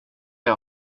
jag